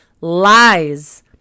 lies